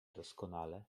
doskonale